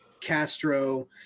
Castro